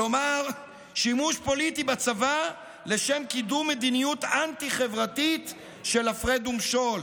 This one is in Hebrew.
כלומר שימוש פוליטי בצבא לשם קידום מדיניות אנטי-חברתית של הפרד ומשול.